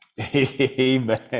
amen